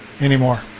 anymore